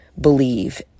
believe